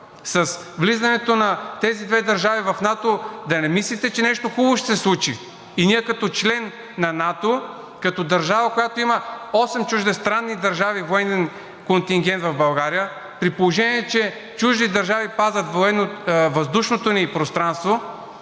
С влизането на тези две държави в НАТО да не мислите, че нещо хубаво ще се случи и ние като член на НАТО, като държава, в която осем чуждестранни държави имат военен контингент в България, при положение че чужди държави пазят военновъздушното ни пространство,